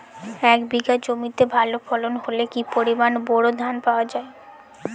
এক বিঘা জমিতে ভালো ফলন হলে কি পরিমাণ বোরো ধান পাওয়া যায়?